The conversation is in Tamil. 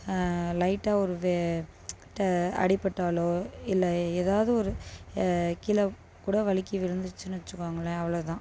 லைட்டாக ஒரு வே ட அடிபட்டாலோ இல்லை ஏதாவது ஒரு கீழே கூட வழுக்கி விழுந்துடுத்துன்னு வச்சிக்கோங்களேன் அவ்வளோ தான்